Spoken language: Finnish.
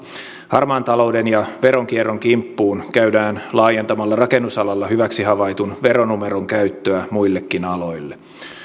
harmaan talouden ja veronkierron kimppuun käydään laajentamalla rakennusalalla hyväksi havaitun veronumeron käyttöä muillekin aloille